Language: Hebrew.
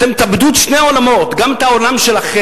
אתם תאבדו את שני העולמות, גם את העולם שלכם.